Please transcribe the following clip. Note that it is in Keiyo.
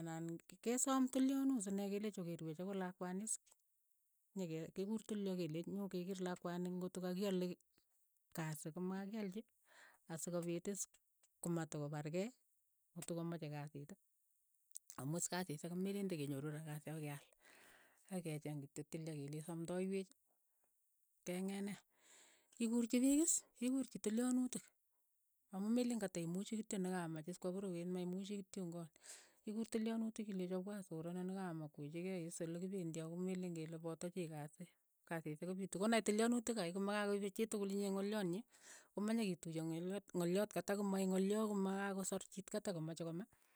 Ana ke saam tilyonuut sinee ke leechi okeer weech akot lakwani is, nye ke ke kuur tilya keleech nyo ke keer lakwani ng'oto ka ki alei kasii ko ma ka kialchi. asikopit iis ko ma to ko parkei atokamache kasiit amu is kasiishek ko meleen te kenyoru ra kasi akoi ke aal, akoi ke cheeng kityo tilya kelee amndaiyweech, ke ngeet nee, ki kuurchi piik is, ke kuurchi tilyonutik. amu meleen kata imuchi kityo na kamaach is kwa porowet, maimuchi kityongaan, ikuur tilyonutik ilechi opwa soo oroni ni ka komach kwechikei is ole kipendi ako meleen kele pata chii kasi, kasishek ko pitu, ko nait tilyonutik kei ko ma ka koip chii tukul inye ngolyot nyii. ko ma nye ketuyei ng'elyot ng'olyoot katak ko maeek ng'olyo ko ma ka kosar chit katak ka mache kome.